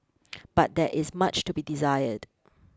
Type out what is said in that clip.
but there is much to be desired